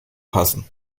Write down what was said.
passen